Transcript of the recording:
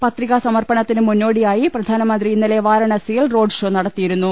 പത്രികാ സമർപ്പണത്തിന് മുന്നോടിയായി പ്രധാനമന്ത്രി ഇന്നലെ വാരാണസിയിൽ റോഡ് ഷോ നടത്തിയിരുന്നു